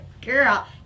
girl